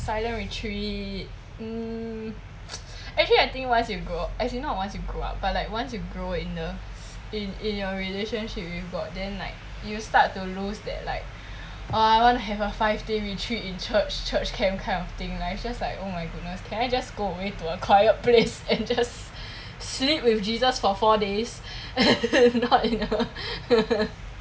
silent retreat mm actually I think once you grow as in not once you grow up but like once you grow in the in in your relationship with god then like you start to lose that like !wah! I wanna have a five day retreat in church church camp kind of thing like it's just like oh my goodness can I just go away to a quiet place and just sleep with jesus for four days not in a